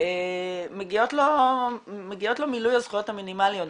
מגיע לו מילוי הזכויות המינימאליות.